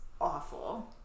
awful